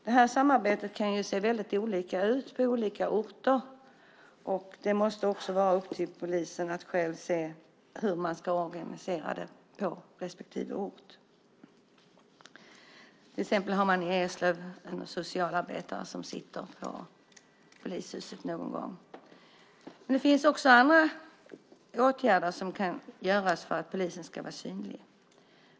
Detta samarbete kan se väldigt olika ut på olika orter. Det måste också vara upp till polisen att själv se hur man ska organisera det på respektive ort. I Eslöv har man till exempel en socialarbetare som sitter på polishuset någon gång. Det finns också andra åtgärder som kan göras för att polisen ska vara synlig.